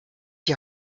die